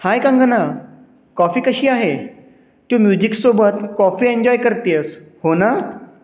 हाय Kangana coffee कशी आहे तू म्युझिकसोबत कॉफी एन्जॉय करते आहेस हो ना